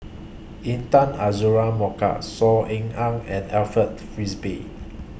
Intan Azura Mokhtar Saw Ean Ang and Alfred Frisby